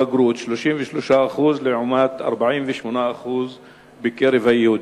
בגרות 33%, לעומת 48% בקרב היהודים.